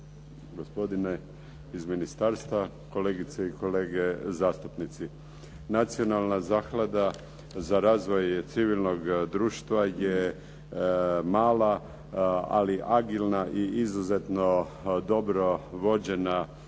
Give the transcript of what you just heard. gospodine iz ministarstva, kolegice i kolege zastupnici. Nacionalna zaklada za razvoj civilnog društva je mala, ali agilna i izuzetno dobro vođena zaklada.